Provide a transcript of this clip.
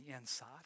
inside